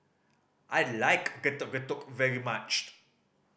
I like Getuk Getuk very much